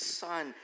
son